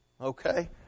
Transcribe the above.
Okay